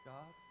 God